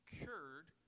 cured